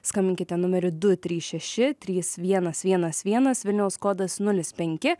skambinkite numeriu du trys šeši trys vienas vienas vienas vilniaus kodas nulis penki